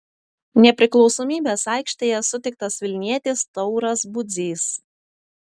nepriklausomybės aikštėje sutiktas vilnietis tauras budzys